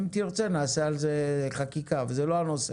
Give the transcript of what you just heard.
אם תרצה, נעשה על זה חקיקה אבל זה לא הנושא.